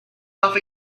off